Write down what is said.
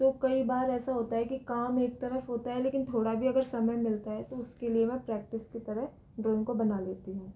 तो कई बार ऐसा होता है कि काम एक तरफ होता है लेकिन थोड़ा भी अगर समय मिलता है तो उसके लिए में प्रैक्टिस की तरह ड्रॉइंग को बना लेती हूँ